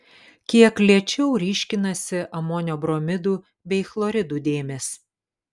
kiek lėčiau ryškinasi amonio bromidų bei chloridų dėmės